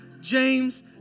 James